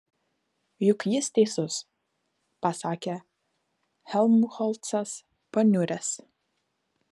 juk jis teisus pasakė helmholcas paniuręs